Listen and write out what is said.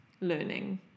learning